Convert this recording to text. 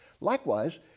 Likewise